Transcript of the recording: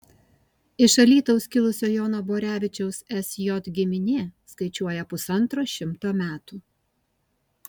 iš alytaus kilusio jono borevičiaus sj giminė skaičiuoja pusantro šimto metų